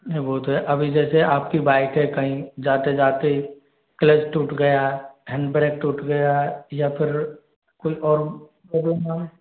नहीं वो तो है अभी जैसे आपकी बाइक है कहीं जाते जाते क्लच टूट गया हैंड ब्रेक टूट गया या फिर कोई और प्रॉब्लम ना हो